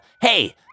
hey